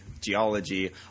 geology